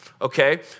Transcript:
okay